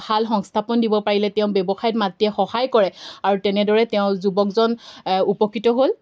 ভাল সংস্থাপন দিব পাৰিলে তেওঁৰ ব্যৱসায়ত মাত্ৰীয়ে সহায় কৰে আৰু তেনেদৰে তেওঁ যুৱকজন উপকৃত হ'ল